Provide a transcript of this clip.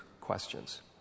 questions